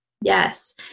Yes